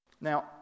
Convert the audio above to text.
Now